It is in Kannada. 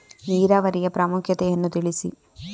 ನೀರಾವರಿಯ ಪ್ರಾಮುಖ್ಯತೆ ಯನ್ನು ತಿಳಿಸಿ?